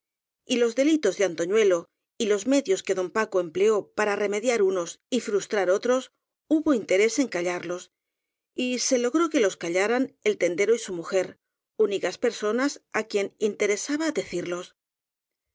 y don paco y los delitos de antoñuelo y los medios que don paco empleó para remediar unos y frustrar otros hubo interés en callarlos y se logró que los callaran el tendero y su mujer únicas personas á quien interesaba